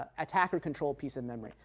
ah attack a control piece of memory.